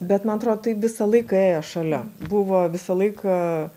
bet man atrodo tai visą laiką ėjo šalia buvo visą laiką